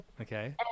Okay